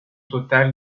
total